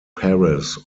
paris